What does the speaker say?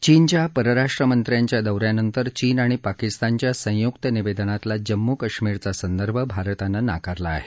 चीनच्या परराष्ट्र मंत्र्यांच्या दौ यानंतर चीन आणि पाकिस्तानच्या संयुक्त निवेदनातला जम्मू कश्मीरचा संदर्भ भारतानं नाकारला आहे